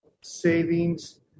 savings